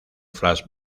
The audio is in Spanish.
flash